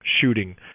shooting